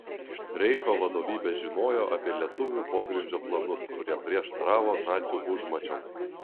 reicho vadovybė žinojo apie lietuvių pogrindžio planus kurie prieštaravo nacių užmačioms